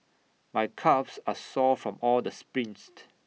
my calves are sore from all the sprints